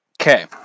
Okay